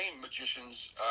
magicians